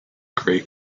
great